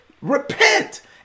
repent